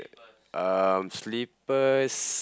uh slippers